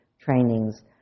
trainings